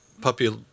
puppy